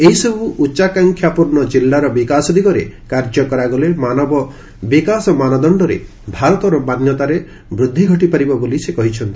ଏହିସବୃ ଉଚାକାଂକ୍ଷାପୂର୍ଣ୍ଣ କିଲ୍ଲାର ବିକାଶ ଦିଗରେ କାର୍ଯ୍ୟ କରାଗଲେ ମାନବ ବିକାଶ ମାନଦଣ୍ଡରେ ଭାରତର ମାନ୍ୟତାରେ ବୃଦ୍ଧି ଘଟିପାରିବ ବୋଲି ସେ କହିଛନ୍ତି